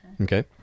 Okay